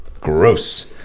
gross